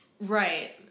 Right